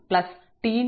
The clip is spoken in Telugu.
అవుతుంది